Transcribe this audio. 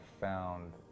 found